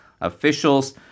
Officials